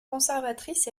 conservatrices